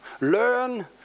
learn